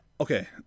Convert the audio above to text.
Okay